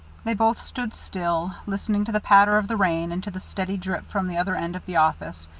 they both stood still, listening to the patter of the rain, and to the steady drip from the other end of the office,